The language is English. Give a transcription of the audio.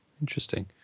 Interesting